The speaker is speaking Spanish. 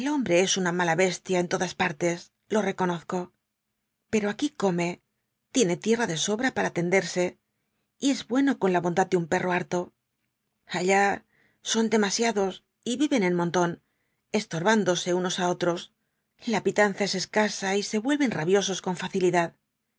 es una mala bestia en todas partes lo reconozco pero aquí come tiene tierra de sobra para tenderse y es bueno con la bondad de un perro harto allá son demasiados viven en montón estorbándose unos á otros la pitanza es escasa y se vuelven rabiosos con facilidad